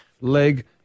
leg